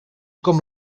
com